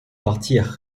partir